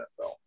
NFL